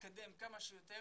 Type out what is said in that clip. ולהתקדם כמה שיותר